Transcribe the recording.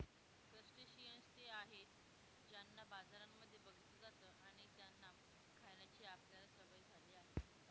crustaceans ते आहेत ज्यांना बाजारांमध्ये बघितलं जात आणि त्यांना खाण्याची आपल्याला सवय झाली आहे